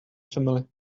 family